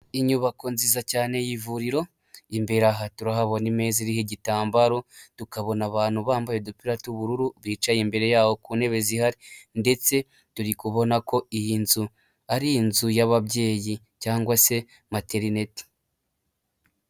Inyubako nziza cyane y'ivuriro, imbere aha turahabona imeze iriho igitambaro, tukabona abantu bambaye udupira tw'ubururu, bicaye imbere yaho ku ntebe zihari, ndetse turi kubona ko iyi nzu, ari inzu y'ababyeyi cyangwa se materinete.